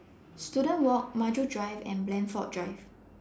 Student Walk Maju Drive and Blandford Drive